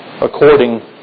according